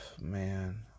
Man